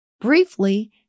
briefly